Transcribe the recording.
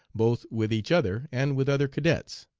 both with each other and with other cadets.